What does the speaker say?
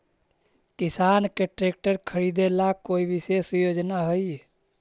किसान के ट्रैक्टर खरीदे ला कोई विशेष योजना हई?